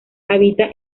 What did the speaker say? habita